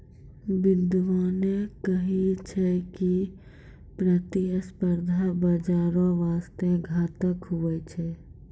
बिद्यबाने कही छै की कर प्रतिस्पर्धा बाजारो बासते घातक हुवै छै